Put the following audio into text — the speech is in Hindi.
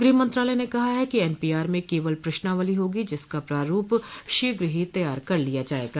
गृहमंत्रालय ने कहा है कि एन पी आर में केवल प्रश्नावली होगी जिसका प्रारूप शीघ्र ही तैयार कर लिया जाएगा